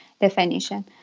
definition